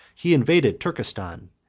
he invaded turkestan,